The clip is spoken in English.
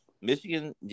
Michigan